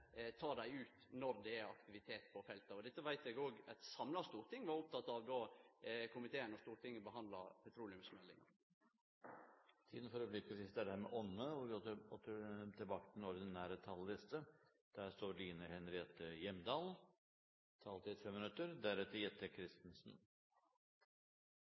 dei ut når det er aktivitet på feltet. Dette veit eg òg eit samla storting var opptekne av då komiteen og Stortinget behandla petroleumsmeldinga. Replikkordskiftet er omme. Det å våkne om morgenen og grue seg til dagen som ligger foran, eller for den